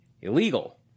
illegal